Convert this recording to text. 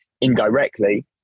indirectly